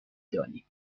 دانیم